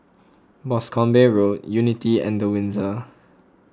Boscombe Road Unity and the Windsor